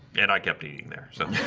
and i kept eating there so